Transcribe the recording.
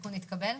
התיקון התקבל.